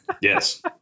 Yes